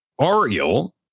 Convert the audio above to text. Ariel